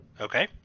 okay